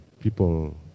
people